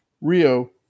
Rio